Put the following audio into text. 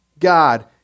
God